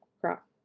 crop